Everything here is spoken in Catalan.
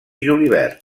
julivert